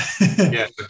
Yes